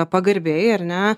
pagarbiai ar ne